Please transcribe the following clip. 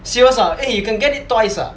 serious ah eh you can get it twice ah